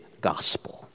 gospel